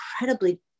incredibly